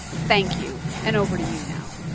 thank you and over to you now.